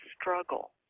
struggle